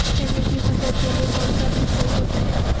चने की फसल के लिए कौनसा बीज सही होता है?